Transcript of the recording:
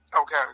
Okay